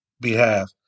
behalf